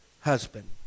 husband